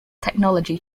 technology